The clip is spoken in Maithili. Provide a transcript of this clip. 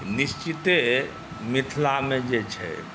निश्चिते मिथिलामे जे छै